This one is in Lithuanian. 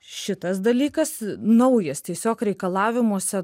šitas dalykas naujas tiesiog reikalavimuose